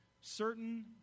Certain